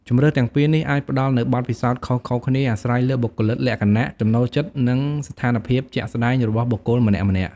ជម្រើសទាំងពីរនេះ អាចផ្ដល់នូវបទពិសោធន៍ខុសៗគ្នា អាស្រ័យលើបុគ្គលិកលក្ខណៈ ចំណូលចិត្ត និងស្ថានភាពជាក់ស្ដែងរបស់បុគ្គលម្នាក់ៗ។